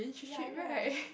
ya I know right